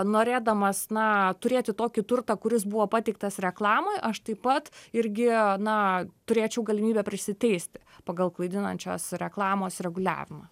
norėdamas na turėti tokį turtą kuris buvo pateiktas reklamoj aš taip pat irgi na turėčiau galimybę prisiteisti pagal klaidinančios reklamos reguliavimą